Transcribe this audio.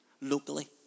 locally